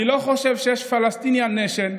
אני לא חושב שיש Palestinian Nation.